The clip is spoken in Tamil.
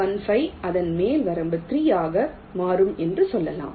15 அதன் மேல் வரம்பு 3 ஆக மாறும் என்று சொல்லலாம்